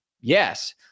Yes